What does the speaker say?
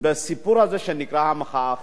בסיפור הזה שנקרא "המחאה החברתית".